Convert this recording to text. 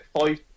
five